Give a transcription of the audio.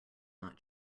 not